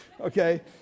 Okay